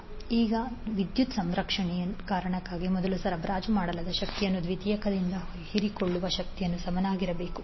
2445 ಈಗ ವಿದ್ಯುತ್ ಸಂರಕ್ಷಣೆಯ ಕಾರಣಕ್ಕಾಗಿ ಮೊದಲು ಸರಬರಾಜು ಮಾಡಲಾದ ಶಕ್ತಿಯು ದ್ವಿತೀಯಕದಿಂದ ಹೀರಿಕೊಳ್ಳುವ ಶಕ್ತಿಗೆ ಸಮನಾಗಿರಬೇಕು